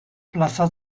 plaza